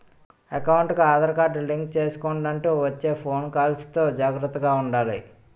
ఎకౌంటుకి Aadhaar card link చేసుకొండంటూ వచ్చే ఫోను కాల్స్ తో జాగర్తగా ఉండాలి